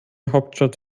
hauptstadt